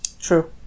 true